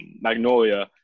Magnolia